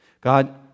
God